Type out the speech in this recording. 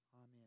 Amen